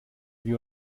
wir